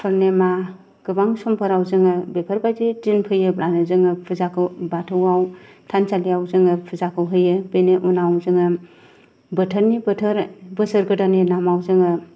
पूर्णिमा गोबां समफोराव जोङो बेफोरबायदि दिन फैयोब्लानो जोङो फुजाखौ बाथौआव थानसालियाव जोङो फुजाखौ होयो बेनि उनाव जोङो बोथोरनि बोथोर बोसोर गोदाननि नामाव जोङो